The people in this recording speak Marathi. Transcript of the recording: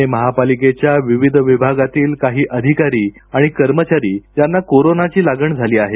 पुणे महापालिकेच्या विविध विभागातील काही अधिकारी आणि कर्मचारी यांना कोरोनाची लागण झाली आहे